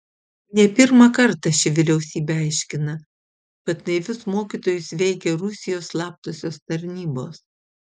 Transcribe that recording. ne pirmą kartą ši vyriausybė aiškina kad naivius mokytojus veikia rusijos slaptosios tarnybos